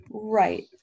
right